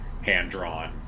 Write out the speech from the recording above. hand-drawn